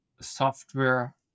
software